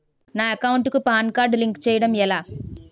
నా అకౌంట్ కు PAN card link చేయడం ఎలా?